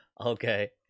Okay